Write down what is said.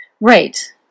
Right